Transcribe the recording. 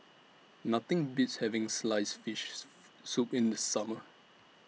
Nothing Beats having Sliced Fish Soup in The Summer